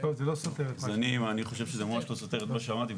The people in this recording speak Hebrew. זה לא סותר את מה --- אני חושב שזה ממש לא סותר את מה שאמרתי.